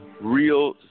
Real